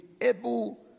able